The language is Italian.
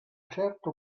certo